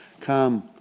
come